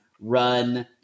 run